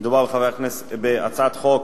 מדובר בהצעת חוק